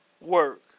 work